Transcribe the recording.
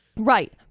Right